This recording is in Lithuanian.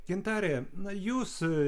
gintare jūs